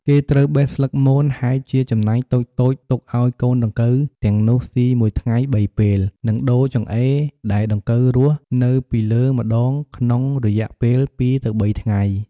គេត្រូវបេះស្លឹកមន ហែកជាចំណែកតូចៗទុកឲ្យកូនដង្កូវទាំងនោះស៊ីមួយថ្ងៃ៣ពេល និងដូរចង្អេរដែលដង្កូវរស់នៅពីលើម្ដងក្នុងរយៈពេល២ ទៅ៣ថ្ងៃ។